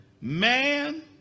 man